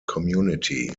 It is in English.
community